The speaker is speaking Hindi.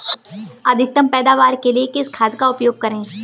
अधिकतम पैदावार के लिए किस खाद का उपयोग करें?